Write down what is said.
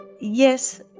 Yes